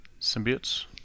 symbiotes